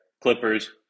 Clippers